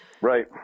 Right